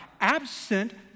absent